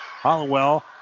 Hollowell